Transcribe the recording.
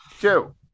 two